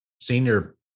senior